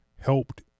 helped